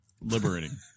liberating